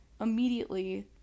immediately